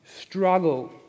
struggle